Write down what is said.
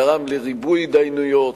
גרם לריבוי התדיינויות,